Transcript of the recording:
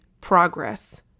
progress